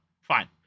Fine